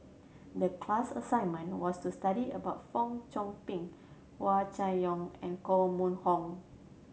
the class assignment was to study about Fong Chong Pik Hua Chai Yong and Koh Mun Hong